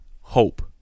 hope